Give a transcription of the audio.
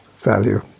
value